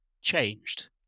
changed